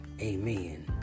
Amen